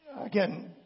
Again